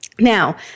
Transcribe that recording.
Now